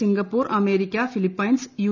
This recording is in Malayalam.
Singapore America Philippines U